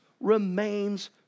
remains